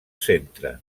centre